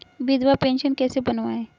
विधवा पेंशन कैसे बनवायें?